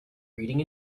reading